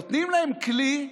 נותנים להם כלי,